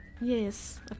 Yes